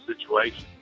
situation